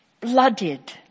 Blooded